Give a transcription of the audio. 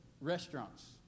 restaurants